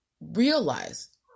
realize